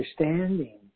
understanding